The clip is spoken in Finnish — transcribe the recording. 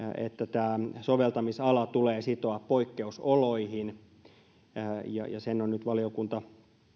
tämä soveltamisala tulee sitoa poikkeusoloihin sen on nyt valiokunta